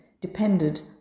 depended